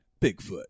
Bigfoot